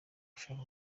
ushaka